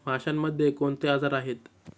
माशांमध्ये कोणते आजार आहेत?